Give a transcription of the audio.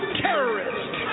terrorist